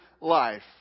life